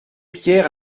pierre